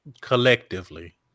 Collectively